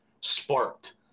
sparked